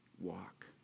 walk